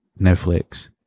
Netflix